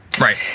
Right